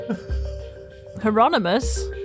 Hieronymus